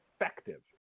effective